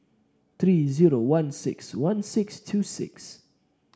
three zero one six one six two six